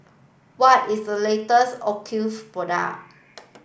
what is the latest Ocuvite product